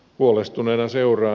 huolestuneena seuraan